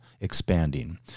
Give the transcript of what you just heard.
expanding